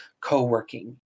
co-working